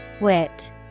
Wit